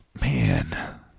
Man